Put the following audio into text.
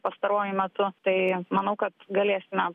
pastaruoju metu tai manau kad galėsime